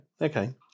okay